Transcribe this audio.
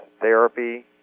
therapy